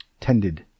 Tended